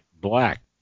Black